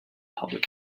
public